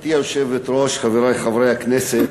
גברתי היושבת-ראש, חברי חברי הכנסת,